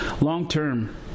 Long-term